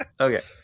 Okay